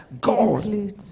God